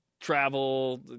travel